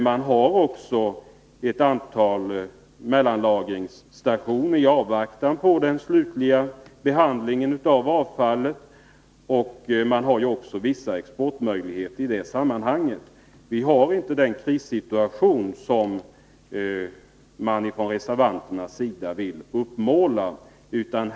Man har ett antal mellanlagringsstationer i avvaktan på den slutliga behandlingen av avfallet. Man har även vissa exportmöjligheter i detta sammanhang. Det råder inte den krissituation som reservanterna vill uppmåla.